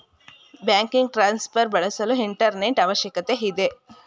banking transfer ಬಳಸಲು internet ಅವಶ್ಯಕತೆ ಇದೆ